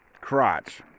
crotch